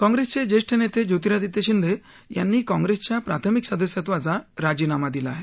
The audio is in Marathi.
काँग्रेसचे ज्येष्ठ नेते ज्योतिरादित्य शिंदे यांनी काँग्रेसच्या प्राथमिक सदस्यत्वाचा राजीनामा दिला आहे